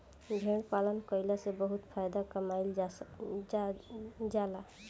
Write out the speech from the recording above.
भेड़ पालन कईला से बहुत फायदा कमाईल जा जाला